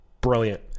Brilliant